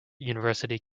university